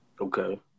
Okay